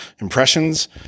impressions